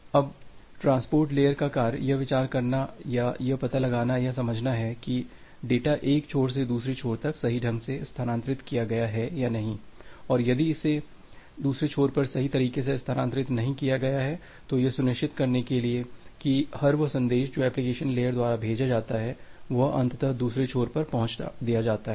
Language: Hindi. अब ट्रांसपोर्ट लेयर का कार्य यह विचार करना या यह पता लगाना या समझना है कि डेटा एक छोर से दूसरे छोर तक सही ढंग से स्थानांतरित किया गया है या नहीं और यदि इसे दूसरे छोर पर सही तरीके से स्थानांतरित नहीं किया गया है तो यह सुनिश्चित करने के लिए की हर वह संदेश जो एप्लिकेशन लेयर द्वारा भेजा जाता है वह अंततः दूसरे छोर पर पहुंचा दिया जाता है